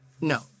No